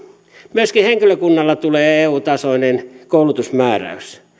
myöskin henkilökunnalle tulee eu tasoinen koulutusmääräys